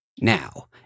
now